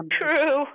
true